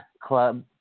Club